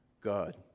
God